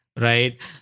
right